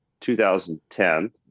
2010